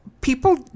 people